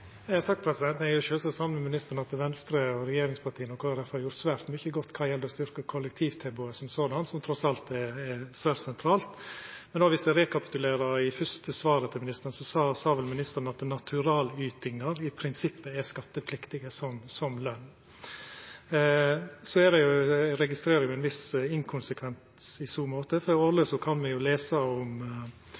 Eg er sjølvsagt samd med ministeren i at Venstre, regjeringspartia og Kristeleg Folkeparti har gjort svært mykje godt når det gjeld å styrkja kollektivtilbodet, som trass alt er svært sentralt. Men dersom eg rekapitulerer, sa vel ministeren i sitt første svar at naturalytingar i prinsippet er skattepliktige som løn. Eg registrerer ein viss inkonsekvens i så måte, for årleg kan me lesa om